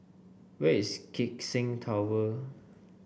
where is Keck Seng Tower